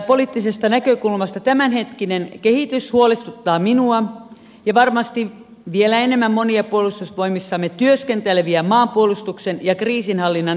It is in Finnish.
turvallisuuspoliittisesta näkökulmasta tämänhetkinen kehitys huolestuttaa minua ja varmasti vielä enemmän monia puolustusvoimissamme työskenteleviä maanpuolustuksen ja kriisinhallinnan ammattilaisia